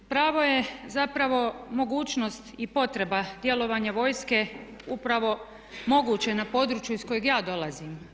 Pravo je zapravo mogućnost i potreba djelovanja vojske upravo moguće na području iz kojeg ja dolazim.